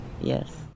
Yes